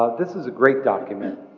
this is a great document.